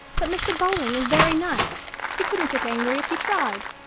but mr. bowling is very nice he couldn't get angry if he tried.